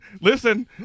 listen